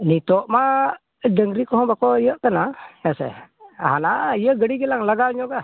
ᱱᱤᱛᱚᱜᱢᱟ ᱰᱟᱹᱝᱨᱤ ᱠᱚ ᱦᱚᱸ ᱵᱟᱠᱚ ᱤᱭᱟᱹᱜ ᱠᱟᱱᱟ ᱦᱮᱸ ᱥᱮ ᱟᱨ ᱦᱟᱱᱟ ᱤᱭᱟᱹ ᱜᱟᱹᱰᱤ ᱜᱮᱞᱟᱝ ᱞᱟᱜᱟᱣ ᱧᱚᱜᱼᱟ